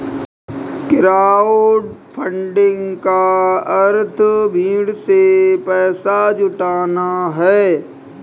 crowdfunding का अर्थ भीड़ से पैसा जुटाना है